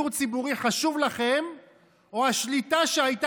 שידור ציבורי חשוב לכם,